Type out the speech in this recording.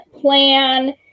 plan